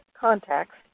contacts